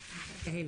יה"ל.